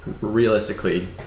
Realistically